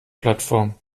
plattform